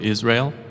Israel